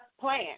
plan